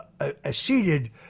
acceded